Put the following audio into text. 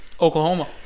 Oklahoma